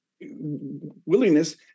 willingness